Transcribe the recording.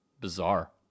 Bizarre